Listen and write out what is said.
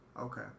Okay